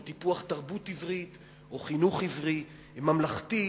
או טיפוח תרבות עברית או חינוך עברי ממלכתי,